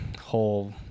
whole